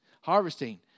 harvesting